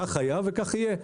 כך היה וכך יהיה.